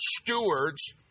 stewards